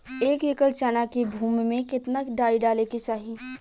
एक एकड़ चना के भूमि में कितना डाई डाले के चाही?